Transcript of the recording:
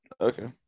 Okay